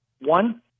one